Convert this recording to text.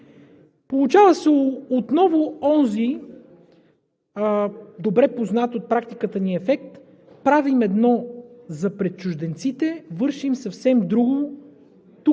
Получава се отново онзи добре познат от практиката ни ефект – правим едно за пред чужденците, вършим съвсем друго тук